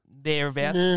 thereabouts